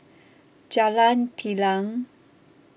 Jalan Telang